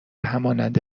همانند